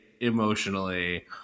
emotionally